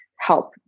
help